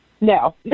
No